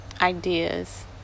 ideas